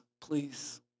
please